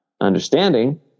understanding